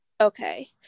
okay